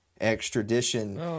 extradition